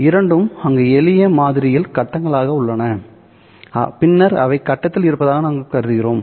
இரண்டும் அங்கு எளிய மாதிரியில் கட்டங்களாக உள்ளன பின்னர் அவை கட்டத்தில் இருப்பதாக நாங்கள் கருதுகிறோம்